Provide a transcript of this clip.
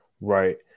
Right